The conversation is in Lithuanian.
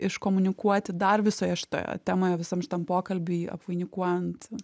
iškomunikuoti dar visoje šitoje temoje visam šitam pokalby apvainikuojant